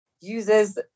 uses